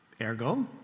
Ergo